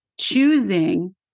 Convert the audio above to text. choosing